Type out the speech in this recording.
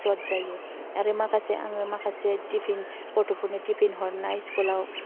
स्वाद जायो आरो माखासे आङो माखासे टिफिन गथ'फोरनो टिफिन हरनाय स्कुलाव